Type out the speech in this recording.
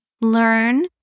learn